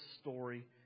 story